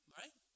right